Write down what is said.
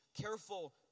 careful